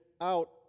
out